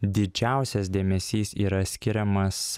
didžiausias dėmesys yra skiriamas